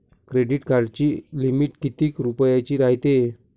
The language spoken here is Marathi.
क्रेडिट कार्डाची लिमिट कितीक रुपयाची रायते?